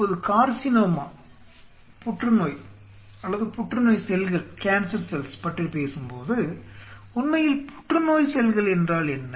இப்போது கார்சிநோமா புற்றுநோய் அல்லது புற்றுநோய் செல்கள் பற்றி பேசும்போது உண்மையில் புற்றுநோய் செல்கள் என்றால் என்ன